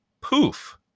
poof